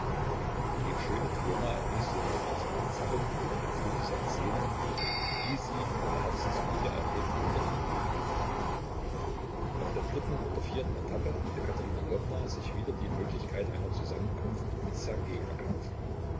die schöne fiona ließ ihn nicht allzu lange zappeln und erfüllte sein sehnen wie sie in ihrer herzensgüte auch jeden anderen beglückte auf der dritten oder vierten etappe hatte katerina lwowna sich wieder die möglichkeit einer zusammenkunft mit ssergej erkauft